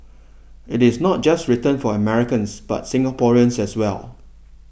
it is not just written for Americans but Singaporeans as well